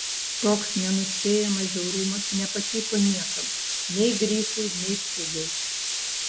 toks nenuspėjamas žiaurumas nepatiko niekam nei grifui nei pūgai